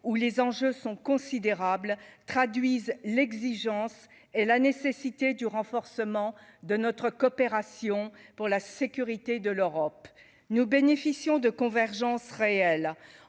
où les enjeux sont considérables, traduisent l'exigence et la nécessité du renforcement de notre coopération pour la sécurité de l'Europe, nous bénéficions de convergence réelle